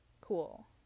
Cool